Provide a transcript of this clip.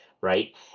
right